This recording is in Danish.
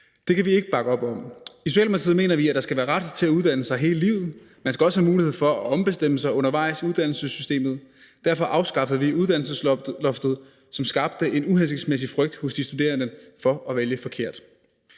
Det kan vi ikke bakke op om. I Socialdemokratiet mener vi, at der skal være ret til at uddanne sig hele livet, og man skal også have mulighed for at ombestemme sig undervejs i uddannelsessystemet. Derfor afskaffede vi uddannelsesloftet, som skabte en uhensigtsmæssig frygt hos de studerende for at vælge forkert.